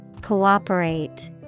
Cooperate